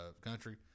country